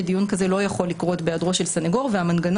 שדיון כזה לא יכול לקרות בהיעדרו של הסניגור והמנגנון